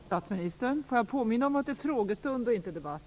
Jag påminner om att detta är en frågestund och inte någon debatt.